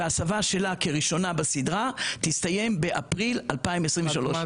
וההסבה שלה כראשונה בסדרה תסתיים באפריל 2023. אז